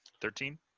Thirteen